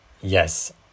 yes